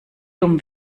dumm